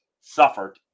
suffered